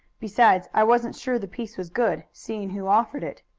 besides, i wasn't sure the piece was good, seeing who offered it.